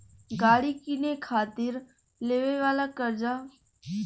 गाड़ी किने खातिर लेवे वाला कर्जा के ऑटो लोन चाहे कार फाइनेंस कहाला